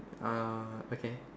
uh okay